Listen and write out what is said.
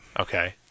Okay